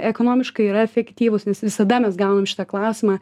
ekonomiškai yra efektyvūs nes visada mes gaunam šitą klausimą